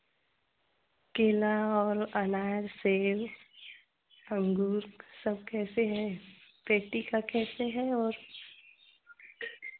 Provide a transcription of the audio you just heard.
केला और अनार सेब अंगूर सब कैसे हैं पेटी का कैसे है और